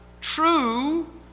true